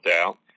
out